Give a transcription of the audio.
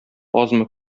азмы